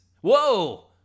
whoa